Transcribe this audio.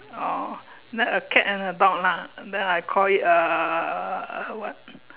orh then a cat and a dog lah then I call it a what